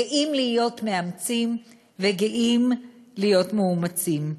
גאים להיות מאמצים וגאים להיות מאומצים.